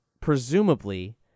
presumably